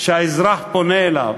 שהאזרח פונה אליו,